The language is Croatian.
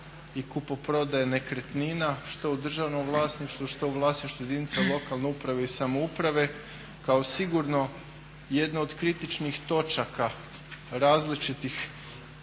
i kupoprodaje nekretnina što u državnom vlasništvu, što u vlasništvu jedinica lokalne uprave i samouprave kao sigurno jedna od kritičnih točaka različitih